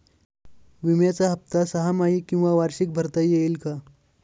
विम्याचा हफ्ता सहामाही किंवा वार्षिक भरता येईल का?